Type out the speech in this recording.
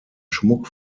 schmuck